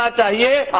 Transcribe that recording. da da yeah